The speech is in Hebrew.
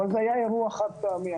אבל זה היה אירוע חד פעמי.